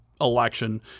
election